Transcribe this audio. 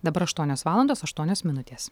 dabar aštuonios valandos aštuonios minutės